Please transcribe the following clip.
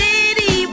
City